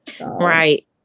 right